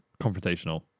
Confrontational